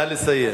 נא לסיים.